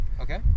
okay